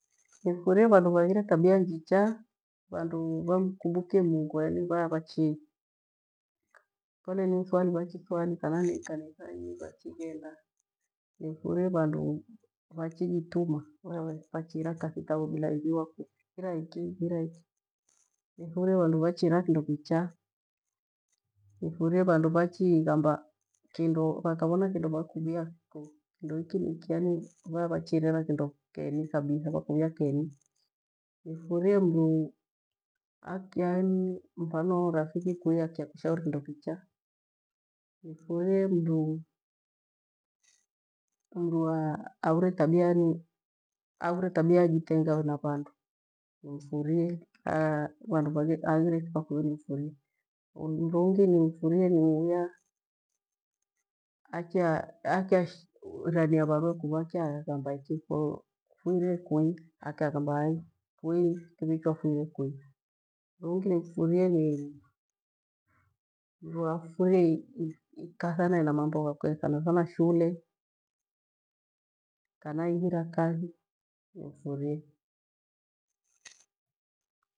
Nifurie vandu vaya vaure tabia njicha vandu vamkumbukie Mungu yani vaya vachi kole ni ithivali vachi thari kana nii ghenda kanithani vachighenda nifurie vandu. vachituma vandu vachiira kathi bila iviwa ku ira ira iki niifurie vandu nachiraa kindokicha ifurie vandu vachighamba kindo vakavana, kindo wakuia ku iki ni kuvachirera keni kabitha vakuvia keni nifurie. Mru akya yani mfano rafiki akyakushauri kindo kicha nifurie, mru tabia yajitengawe. Na vandu nimfurie mru ungi nimfurie ni uya, akyairania varwee kuvyakighambaikifukiire kuri akyaghamba, hai kui ni kuvichwafuire kui ungirimfurie, ni mru afurie akathana. Hena mambo ghakwe thanathana shule kanaihiro kathi nimfurie.